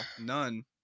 None